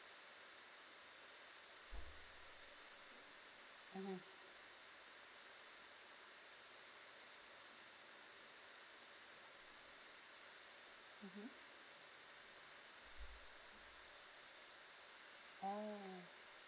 mmhmm mmhmm oh